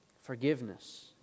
Forgiveness